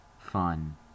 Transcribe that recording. fun